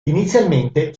inizialmente